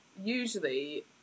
usually